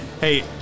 Hey